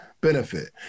benefit